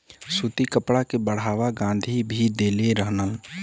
सूती कपड़ा के बढ़ावा गाँधी भी देले रहलन